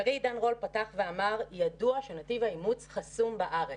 ידידי עידן רול פתח ואמר שידוע שנתיב האימוץ חסום בארץ.